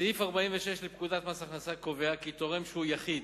סעיף 46 לפקודת מס הכנסה קובע כי תורם שהוא יחיד